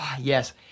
Yes